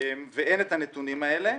ואין את הנתונים האלה,